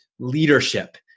Leadership